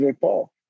Paul